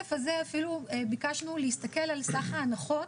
בשקף הזה ביקשנו להסתכל על סך ההנחות